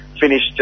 Finished